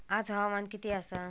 आज हवामान किती आसा?